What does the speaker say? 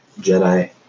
Jedi